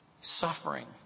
suffering